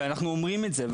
אנחנו אומרים את זה.